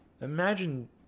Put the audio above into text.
Imagine